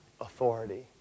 authority